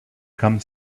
come